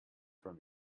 from